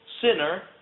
sinner